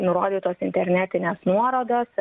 nurodytos internetinės nuorodos